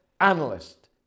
analyst